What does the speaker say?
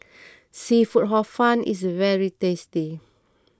Seafood Hor Fun is very tasty